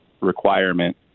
requirement